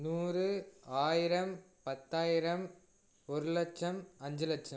நூறு ஆயிரம் பத்தாயிரம் ஒரு லட்சம் அஞ்சு லட்சம்